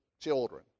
children